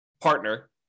partner